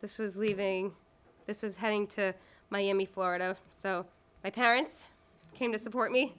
this is leaving this is heading to miami florida so my parents came to support me